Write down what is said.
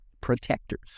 protectors